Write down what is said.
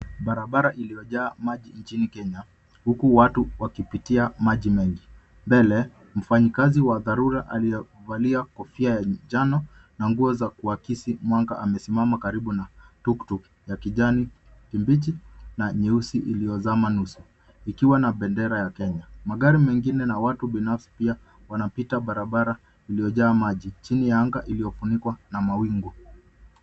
Barabara iliyojaa maji nchini Kenya huku watu wakipitia maji mengi. Mbele mfanyikazi wa dharura huvalia kofia ya njano na nguo za kuakisi mwanga amesimama karibu na tuktuk ya kijani kibichi na nyeusi iliyozama nusu ikiwa na bendera ya Kenya. Magari mengine na watu binafsi pia wanapita barabara iliyojaa maji chini ya anga iliyofunikwa na mawingu.